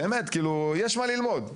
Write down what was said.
באמת כאילו יש מה ללמוד,